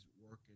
working